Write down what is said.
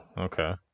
okay